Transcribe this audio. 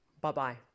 Bye-bye